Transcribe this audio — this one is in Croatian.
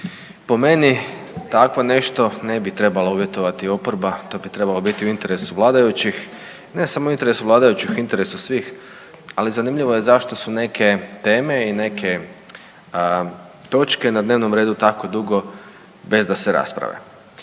po meni takvo nešto ne bi trebala uvjetovati oporba, to bi trebalo biti u interesu vladajući, ne samo u interesu vladajućih u interesu svih. Ali zanimljivo je zašto su neke teme i neke točke na dnevnom redu tako dugo bez da se rasprave.